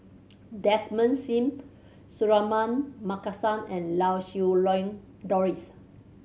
Desmond Sim Suratman Markasan and Lau Siew Lang Doris